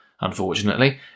Unfortunately